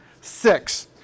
Six